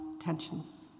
tensions